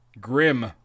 grim